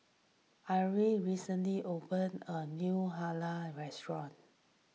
Arlie recently opened a new Lala restaurant